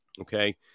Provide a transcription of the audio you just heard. Okay